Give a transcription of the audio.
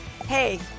Hey